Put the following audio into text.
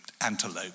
Antelope